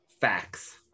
facts